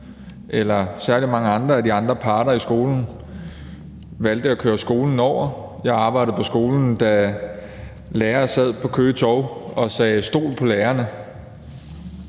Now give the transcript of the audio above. eller særlig mange andre af de andre parter i skolen, valgte at køre skolen over. Jeg arbejdede på skolen, da lærere sad på Køge Torv og sagde: Stol på lærerne.